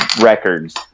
records